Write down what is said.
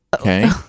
Okay